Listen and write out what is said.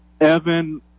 Evan